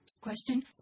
question